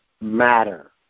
matter